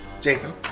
Jason